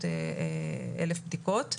מכמעט 1,400,000 בדיקות,